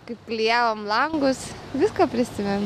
kaip klijavom langus viską prisimen